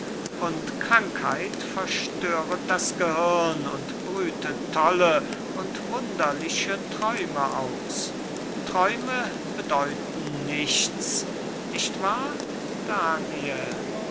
und krankheit verstöret das gehirn und brütet tolle und wunderliche träume aus träume bedeuten nichts nicht wahr daniel